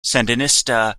sandinista